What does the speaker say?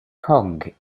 kong